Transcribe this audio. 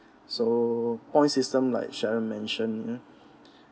so points system like sharon mentioned